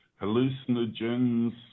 hallucinogens